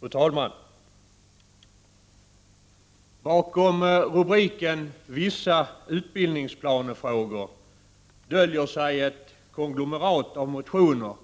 Fru talman! Bakom rubriken ”Vissa utbildningsplanefrågor” döljer sig ett konglomerat av motioner